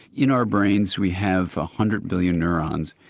in our brains we have a hundred billion neurons,